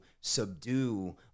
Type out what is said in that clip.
subdue